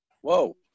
whoa